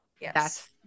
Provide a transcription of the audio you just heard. Yes